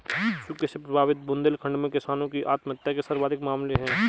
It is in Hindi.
सूखे से प्रभावित बुंदेलखंड में किसानों की आत्महत्या के सर्वाधिक मामले है